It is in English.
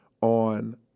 on